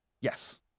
yes